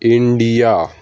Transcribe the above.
India